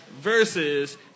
versus